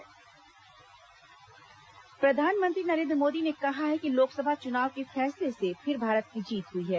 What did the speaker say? प्र धानमंत्रीभाजपा अध्यक्ष प्र धाानमंत्री नरेन द्र मोदी ने कहा है कि लोकसभा चुनाव के फैसले से फिर भारत की जीत हु ई है